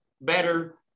better